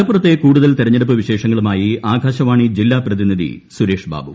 മലപ്പുറത്തെ കൂടുതൽ തെരഞ്ഞെടുപ്പ് വിശേഷങ്ങളുമായി ആകാശവാണി ജില്ലാ പ്രതിനിധി സുരേഷ് ബാബു